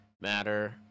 matter